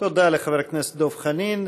תודה לחבר הכנסת דב חנין.